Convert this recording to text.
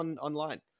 online